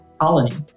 colony